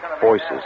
voices